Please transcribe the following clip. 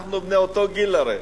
אנחנו בני אותו גיל הרי.